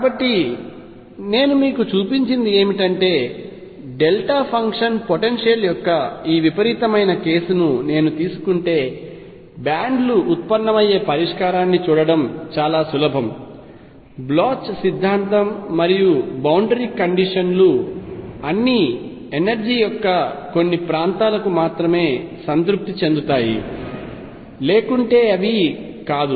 కాబట్టి నేను మీకు చూపించినది ఏమిటంటే డెల్టా ఫంక్షన్ పొటెన్షియల్ యొక్క ఈ విపరీతమైన కేసును నేను తీసుకుంటే బ్యాండ్ లు ఉత్పన్నమయ్యే పరిష్కారాన్ని చూడటం చాలా సులభం బ్లోచ్ సిద్ధాంతం మరియు బౌండరీ కండిషన్ లు అన్నీ ఎనర్జీ యొక్క కొన్ని ప్రాంతాలకు మాత్రమే సంతృప్తి చెందుతాయి లేకుంటే అవి కాదు